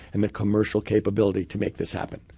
and the commercial capability to make this happen.